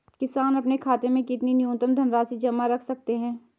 किसान अपने खाते में कितनी न्यूनतम धनराशि जमा रख सकते हैं?